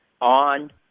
on